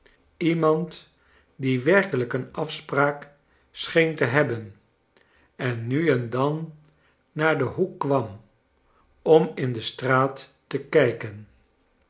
iemand die werkelijk een afspraak scheen te hebben en nu en dan naar den hoek kwam om in de straat te kijken